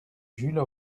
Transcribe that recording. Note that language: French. jules